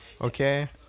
Okay